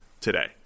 today